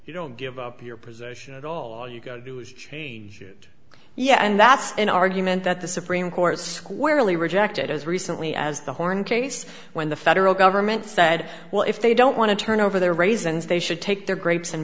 you don't give up your position at all yeah and that's an argument that the supreme court squarely rejected as recently as the horn case when the federal government said well if they don't want to turn over their raisins they should take their grapes and